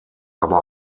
aber